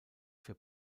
für